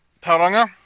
Taranga